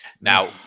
Now